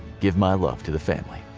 give my love to the family.